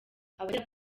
abagera